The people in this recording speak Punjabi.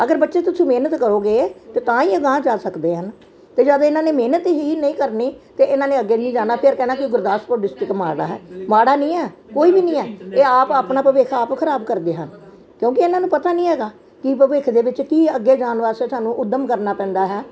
ਅਗਰ ਬੱਚੇ ਤੁਸੀਂ ਮਿਹਨਤ ਕਰੋਗੇ ਤੇ ਤਾਂ ਹੀ ਅਗਾਹ ਜਾ ਸਕਦੇ ਹਨ ਤੇ ਜਦ ਇਹਨਾਂ ਨੇ ਮਿਹਨਤ ਹੀ ਨਹੀਂ ਕਰਨੀ ਤੇ ਇਹਨਾਂ ਨੇ ਅੱਗੇ ਨਹੀਂ ਜਾਣਾ ਫਿਰ ਕਹਿਣਾ ਕੀ ਗੁਰਦਾਸਪੁਰ ਡਿਸਟਰਿਕਟ ਮਾੜਾ ਹੈ ਮਾੜਾ ਨੀ ਹੈ ਕੋਈ ਵੀ ਨਹੀਂ ਹੈ ਇਹ ਆਪ ਆਪਣਾ ਭਵਿੱਖ ਆਪ ਖਰਾਬ ਕਰਦੇ ਹਨ ਕਿਉਂਕੀ ਇਹਨਾਂ ਨੂੰ ਪਤਾ ਨੀ ਹੈਗੈ ਕੀ ਭਵਿੱਖ ਦੇ ਵਿੱਚ ਕੀ ਅੱਗੇ ਜਾਣ ਵਾਸਤੇ ਥੋਨੂੰ ਉੱਦਮ ਕਰਨਾ ਪੈਂਦਾ ਹੈ